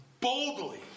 boldly